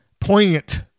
poignant